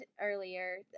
earlier